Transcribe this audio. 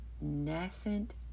nascent